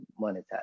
monetize